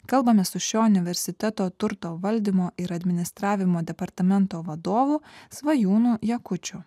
kalbamės su šio universiteto turto valdymo ir administravimo departamento vadovu svajūno jakučio